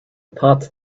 path